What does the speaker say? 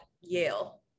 Yale